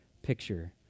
picture